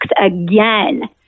again